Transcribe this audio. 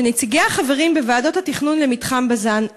שנציגיה חברים בוועדות התכנון למתחם בז"ן,